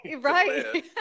Right